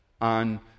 on